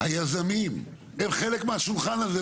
היזמים הם חלק מהשולחן הזה,